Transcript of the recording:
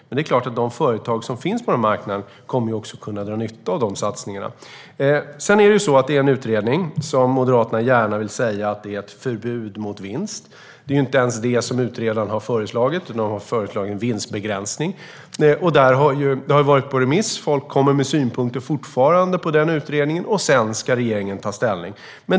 Men det är klart att de företag som finns på den här marknaden också kommer att kunna dra nytta av de satsningarna. Vad gäller utredningen vill Moderaterna gärna säga att det är fråga om ett förbud mot vinst. Men utredaren har inte föreslagit detta, utan en vinstbegränsning. Utredningen har varit på remiss, och folk kommer fortfarande med synpunkter. Sedan ska regeringen ta ställning.